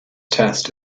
test